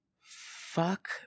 Fuck